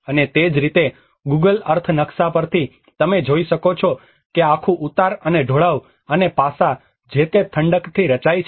અને તે જ રીતે ગૂગલ અર્થ નકશા પરથી તમે જોઈ શકો છો કે આખું ઉતાર અને ઢોળાવ અને પાસાં જે તે ઠંડકથી રચાય છે